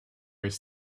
his